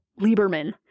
Lieberman